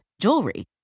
jewelry